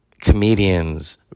Comedians